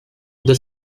the